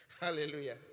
Hallelujah